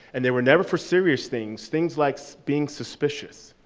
and they were never for serious things. things like so being suspicious.